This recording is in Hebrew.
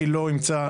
אני לא אמצא,